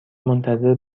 منتظر